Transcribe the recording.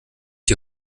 die